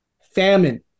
famine